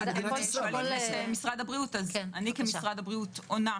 אני כמשרד הבריאות עונה.